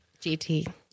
gt